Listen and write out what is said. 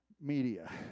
media